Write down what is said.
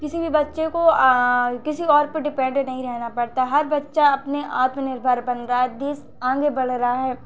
किसी भी बच्चे को किसी और पे डिपेडेंट नहीं रहना पड़ता हर बच्चा अपने आत्मनिर्भर बन रहा है देश आगे बढ़ रहा है